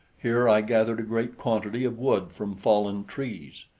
here i gathered a great quantity of wood from fallen trees,